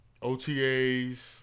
OTAs